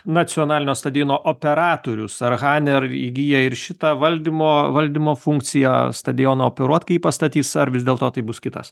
nacionalinio stadiono operatorius ar haner įgyja ir šitą valdymo valdymo funkciją stadioną operuot kai jį pastatys ar vis dėlto tai bus kitas